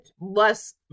less